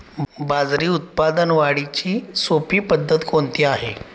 बाजरी उत्पादन वाढीची सोपी पद्धत कोणती आहे?